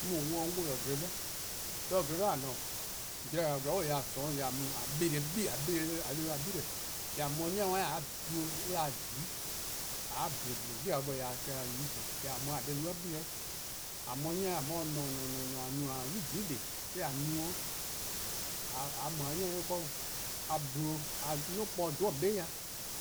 'On mu-a 'wluh 'da 'on 'wluh gle 'bli, 'de gle 'bli :a :ne-a, zorn-zean zorn bo :yee' :a :sorn 'weh :a mu :a 'beleh: 'de 'i gle+, :a mu 'de 'ni worn :a dle 'de mor an 'da-dih-a :dhui, :mor :a :dle, dleeee' 'gwie: yluh bo :yee' :a klehkpeh :a yi :gwlor. Jorwor :a mu 'de :a 'de 'i 'ble gle. 'De 'ni worn 'i :dao :a mu 'de ne neeeee :a no :a 'nynuu: :nyne :deh+, me-: :a no-dih 'de, :mor :a mu 'de 'ni worn 'i, :a :dle, 'duo: 'kporn 'dhu 'o :on 'be 'bhun